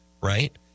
right